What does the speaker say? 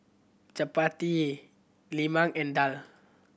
chappati lemang and daal